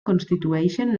constitueixen